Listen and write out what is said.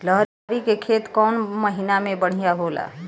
लहरी के खेती कौन महीना में बढ़िया होला?